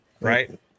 right